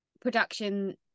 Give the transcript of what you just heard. production